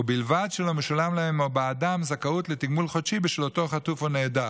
ובלבד שלא משולם להם או בעדם תגמול חודשי בשביל אותו חטוף או נעדר.